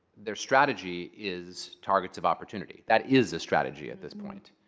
their strategy is targets of opportunity. that is the strategy at this point.